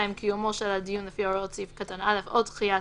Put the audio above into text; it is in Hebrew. (2) קיומו של הדיון לפי הוראות סעיף קטן (א) או דחיית